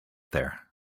there